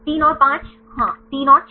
3 और 5 हां 3 और 6